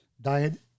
diet